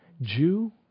Jew